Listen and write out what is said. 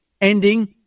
ending